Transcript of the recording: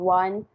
one